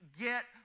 get